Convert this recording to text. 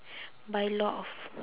buy lot of